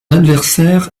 adversaire